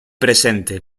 presente